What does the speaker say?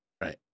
Right